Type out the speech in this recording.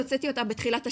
הוצאתי אותה בתחילת שנה.